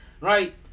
right